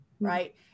Right